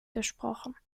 gesprochen